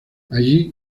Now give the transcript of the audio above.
allí